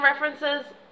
references